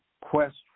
quest